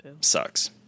sucks